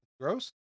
Gross